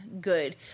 good